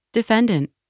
Defendant